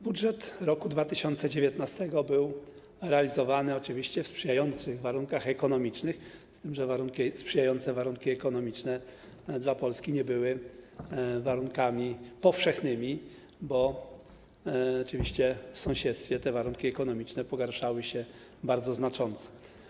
Budżet roku 2019 był realizowany oczywiście w sprzyjających warunkach ekonomicznych, z tym że sprzyjające warunki ekonomiczne dla Polski nie były warunkami powszechnymi, bo w sąsiedztwie te warunki ekonomiczne pogarszały się bardzo znacząco.